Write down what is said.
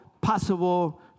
possible